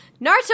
Naruto